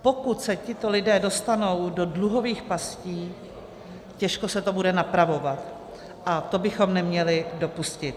Pokud se tito lidé dostanou do dluhových pastí, těžko se to bude napravovat a to bychom neměli dopustit.